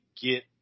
get